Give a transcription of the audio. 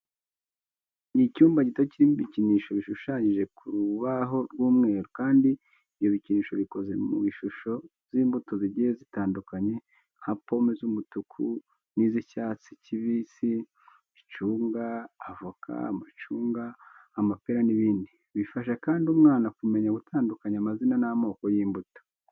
Icyumba gito kirimo ibikinisho bishushanyije ku rubaho rw'umweru kandi ibyo bikinisho bikoze mu ishusho z'imbuto zigiye zitandukanye nka pome z'umutuku n'iz'icyatsi kibi, icunga, avoka, amacunga, amapera n'ibindi. Bifasha kandi umwana kumenya gutandukanya amazina n'amoko y'imbuto.